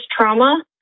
trauma